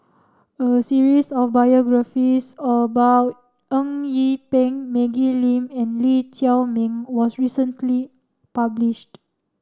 a series of biographies about Eng Yee Peng Maggie Lim and Lee Chiaw Meng was recently published